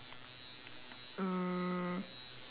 mm